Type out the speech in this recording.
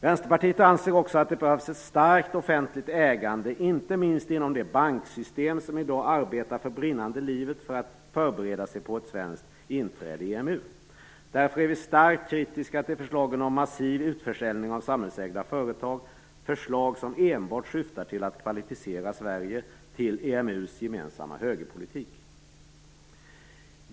Vänsterpartiet anser också att det behövs ett starkt offentligt ägande, inte minst inom det banksystem som i dag arbetar för brinnande livet för att förbereda sig för ett svenskt inträde i EMU. Därför är vi starkt kritiska till förslagen om massiv utförsäljning av samhällsägda företag. Det är förslag som enbart syftar till att kvalificera Sverige för EMU:s gemensamma högerpolitik.